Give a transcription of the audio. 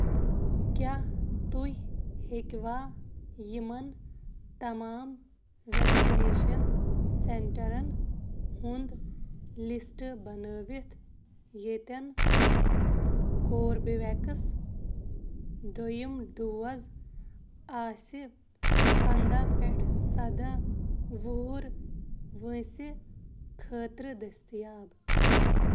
کیٛاہ تُہۍ ہیٚکوٕ یِمَن تمام ویکسِنیشن سینٹرن ہُنٛد لسٹ بنٲوِتھ ییٚتٮ۪ن کوربِویٚکس دٔیِم ڈوز آسہِ پندہ پٮ۪ٹھ سَدہ وُہُر وٲنٛسہِ خٲطرٕ دٔستِیاب؟